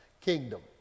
kingdom